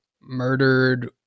murdered